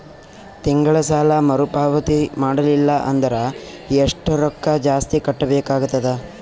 ತಿಂಗಳ ಸಾಲಾ ಮರು ಪಾವತಿ ಮಾಡಲಿಲ್ಲ ಅಂದರ ಎಷ್ಟ ರೊಕ್ಕ ಜಾಸ್ತಿ ಕಟ್ಟಬೇಕಾಗತದ?